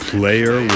Player